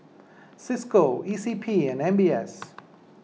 Cisco E C P and M B S